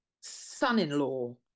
son-in-law